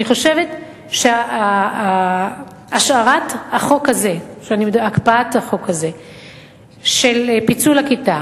אני חושבת שהקפאת החוק הזה של פיצול הכיתה